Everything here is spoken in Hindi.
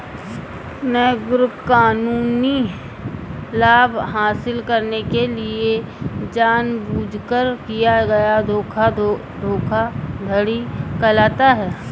गैरकानूनी लाभ हासिल करने के लिए जानबूझकर किया गया धोखा धोखाधड़ी कहलाता है